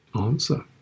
answer